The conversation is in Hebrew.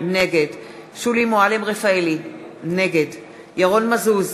נגד שולי מועלם-רפאלי, נגד ירון מזוז,